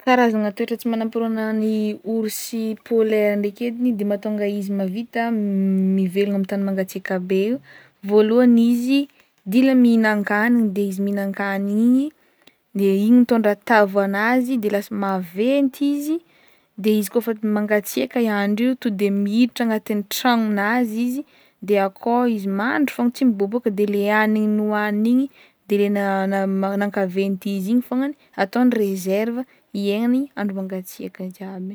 Karazagna toetra tsy manam-paharoa agnanan'ny orsy polaire ndraiky ediny de mahatonga izy mahavita mivelogny amy tany mangatsiaka be io, voalohany izy dia le mihinankagniny, igny de igny mitondra tavy ho an'azy de lasa maventy izy, de izy koa efa- mangatsiaka i andro io to de miiditra agnatin'ny tranon'azy izy de akao izy mandry fogna tsy miboaboaka de le hanigny nohanigny igny de le na na- nankaventy izy igny fognagny ataony reserva hiaingnany andro mangatsiaka jiaby.